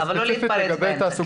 ספציפית לגבי תעסוקה,